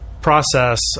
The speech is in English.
process